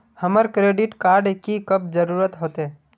हमरा credit card की कब जरूरत होते?